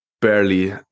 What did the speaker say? barely